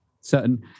certain